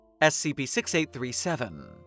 SCP-6837